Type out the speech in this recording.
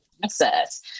process